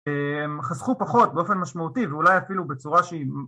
חסכו פחות באופן משמעותי ואולי אפילו בצורה שהיא